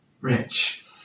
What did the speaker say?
rich